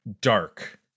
dark